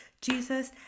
Jesus